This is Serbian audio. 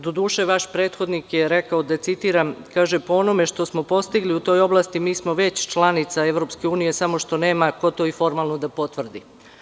Doduše, vaš prethodnik je rekao, da citiram: „ Po onome što smo postigli u toj oblasti, mi smo već članica EU, samo što nema ko toformalno da potvrdi.